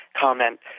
comment